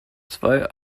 zwei